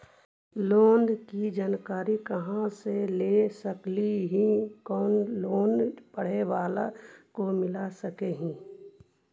Loan की जानकारी कहा से ले सकली ही, कोन लोन पढ़े बाला को मिल सके ही?